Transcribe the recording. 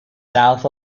south